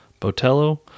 Botello